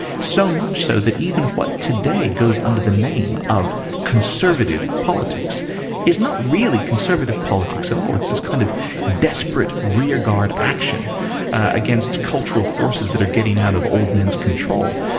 so much so that even what today goes under the name of conservative politics is not really conservative politics at all, it's this kind of desperate rear-guard action against cultural forces that are getting out of old men's control.